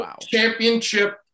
championship